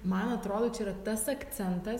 man atrodo čia yra tas akcentas